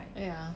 ya